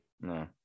No